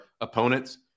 opponents